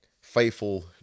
faithful